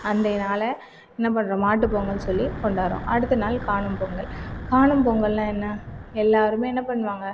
அன்றைய நாளை என்ன பண்ணுறோம் மாட்டு பொங்கல்னு சொல்லி கொண்டாடுறோம் அடுத்த நாள் காணும் பொங்கல் காணும் பொங்கல்னால் என்ன எல்லோருமே என்ன பண்ணுவாங்க